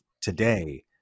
today